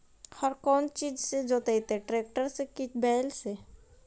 हर कौन चीज से जोतइयै टरेकटर से कि बैल से?